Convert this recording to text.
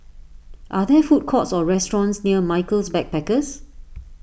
are there food courts or restaurants near Michaels Backpackers